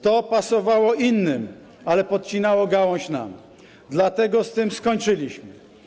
To pasowało innym, ale podcinało gałąź pod nami, dlatego z tym skończyliśmy.